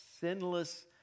sinless